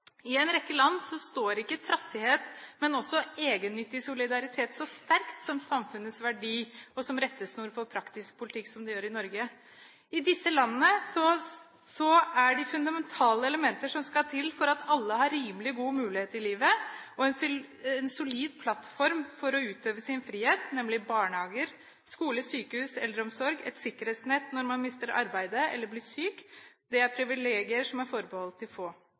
I en rekke land står ikke trassighet og egennyttig solidaritet så sterkt som samfunnets verdi og som rettesnor for praktisk politikk som det gjør i Norge. I disse landene er de fundamentale elementer som skal til for at alle har rimelig god mulighet i livet og en solid plattform for å utøve sin frihet, nemlig barnehager, skole, sykehus, eldreomsorg og et sikkerhetsnett når man mister arbeidet eller blir syk, privilegier som er forbeholdt de få.